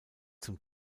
zum